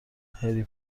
هری